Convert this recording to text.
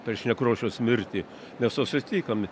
prieš nekrošiaus mirtį mes susitikom